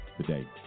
today